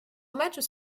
matchs